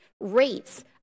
rates